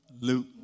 Luke